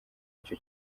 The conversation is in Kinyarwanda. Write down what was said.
ico